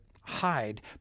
hide